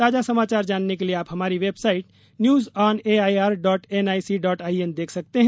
ताजा समाचार जानने के लिए आप हमारी website news on A I R dot N I C dot I N देख सकते हैं